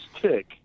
tick